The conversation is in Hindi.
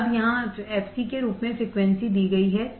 अब यहां Fc के रूप में फ्रीक्वेंसी दी गई है